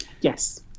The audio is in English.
Yes